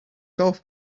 golf